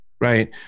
Right